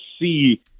see